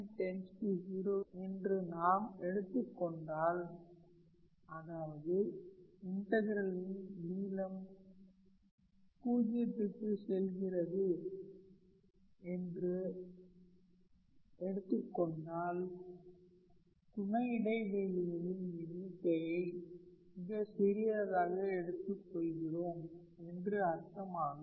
||𝑃||→0 என்று நாம் எடுத்துக் கொண்டால் அதாவது இடைவெளிகளின் நீளம் 0 க்கு செல்கிறது என்று எடுத்துக் கொண்டால் துணை இடைவெளிகளின் எண்ணிக்கையை மிகச் சிறியதாக எடுத்துக் கொள்கிறோம் என்று அர்த்தமாகும்